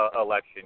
election